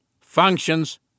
functions